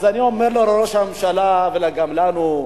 אז אני אומר לראש הממשלה, וגם לנו: